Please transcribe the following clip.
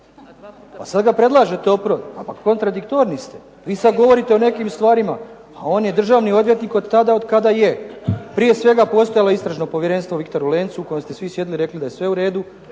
A sad ga predlažete opet. Kontradiktorni ste. Vi sad govorite o nekim stvarima, a on je državni odvjetnik od tada od kada je. Prije svega je postojalo istražno povjerenstvo u "Viktoru Lencu" u kojem ste svi sjedili i rekli da je sve u redu,